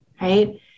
right